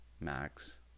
max